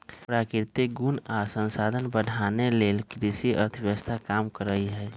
प्राकृतिक गुण आ संसाधन बढ़ाने लेल कृषि अर्थव्यवस्था काम करहइ